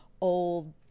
old